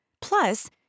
Plus